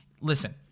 listen